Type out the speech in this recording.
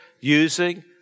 using